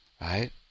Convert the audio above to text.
right